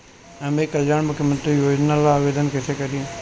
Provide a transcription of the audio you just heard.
हम ई कल्याण मुख्य्मंत्री योजना ला आवेदन कईसे करी?